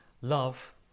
love